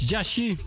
Jashi